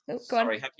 Sorry